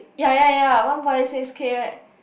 ya ya ya one point six K